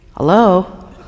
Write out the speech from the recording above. hello